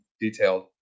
detailed